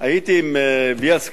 הייתי עם בילסקי,